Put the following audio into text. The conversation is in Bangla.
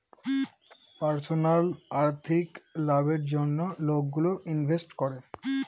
পার্সোনাল আর্থিক লাভের জন্য লোকগুলো ইনভেস্ট করে